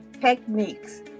techniques